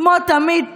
כמו תמיד,